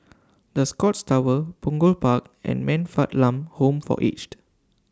The Scotts Tower Punggol Park and Man Fatt Lam Home For Aged